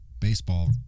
baseball